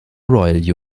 royal